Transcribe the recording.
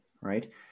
right